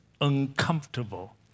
uncomfortable